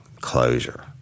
closure